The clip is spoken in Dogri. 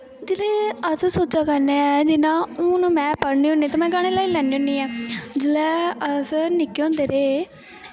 जिसलै अस सोचा करने आं जि'यां हून में पढ़नी होन्नी ते में गाने लाई लैन्नी होन्नी जिसलै अस निक्के होंदे रेह्